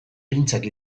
printzak